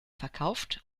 verkauft